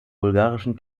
bulgarischen